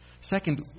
Second